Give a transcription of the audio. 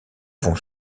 vont